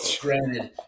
Granted